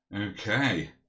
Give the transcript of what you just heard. Okay